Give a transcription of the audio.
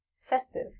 festive